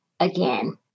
again